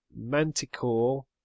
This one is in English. Manticore